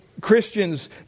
Christians